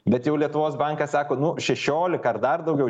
bet jau lietuvos bankas sako nu šešiolika ar dar daugiau